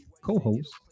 co-host